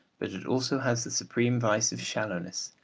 but it also has the supreme vice of shallowness,